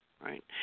right